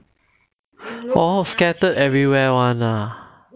oh scattered everywhere [one] ah